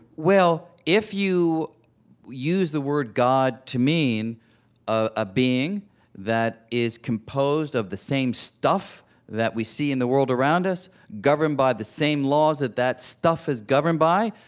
well if you use the word god to mean a being that is composed of the same stuff that we see in the world around us, governed by the same laws that that stuff is governed by,